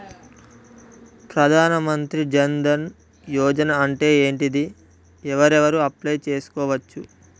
ప్రధాన మంత్రి జన్ ధన్ యోజన అంటే ఏంటిది? ఎవరెవరు అప్లయ్ చేస్కోవచ్చు?